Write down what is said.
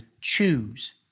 choose